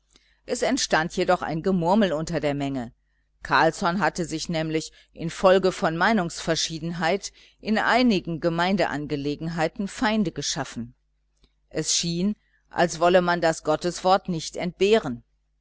es entstand jedoch ein gemurmel unter der menge carlsson hatte sich nämlich infolge von meinungsverschiedenheit in einigen gemeindeangelegenheiten feinde geschaffen es schien als wolle man das gotteswort nicht entbehren